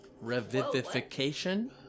Revivification